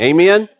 Amen